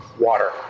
water